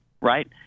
Right